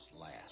last